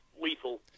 lethal